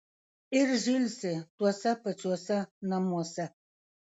ir žilsi tuose pačiuose namuose